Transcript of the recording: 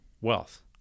wealth